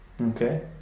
Okay